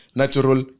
natural